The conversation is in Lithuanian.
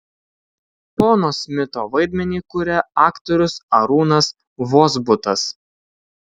pono smito vaidmenį kuria aktorius arūnas vozbutas